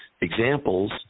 examples